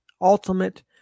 ultimate